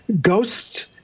Ghosts